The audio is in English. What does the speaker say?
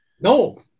no